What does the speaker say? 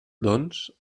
doncs